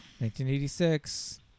1986